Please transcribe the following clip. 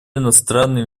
иностранные